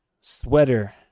sweater